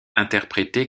interprété